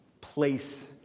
place